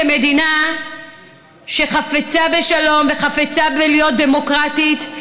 כמדינה שחפצה בשלום וחפצה להיות דמוקרטית,